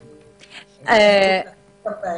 --- בהמשך.